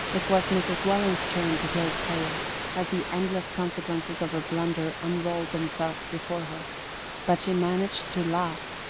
it was mrs. welland's turn to grow pale as the endless consequences of her blunder unrolled themselves before her but she managed to laugh,